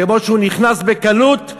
כמו שהוא נכנס בקלות,